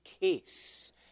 case